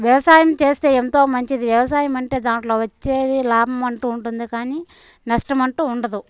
వ్యవసాయం చేస్తే ఎంతో మంచిది వ్యవసాయం అంటే దాంట్లో వచ్చేది లాభం అంటూ ఉంటుంది కానీ నష్టం అంటూ ఉండదు